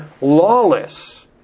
lawless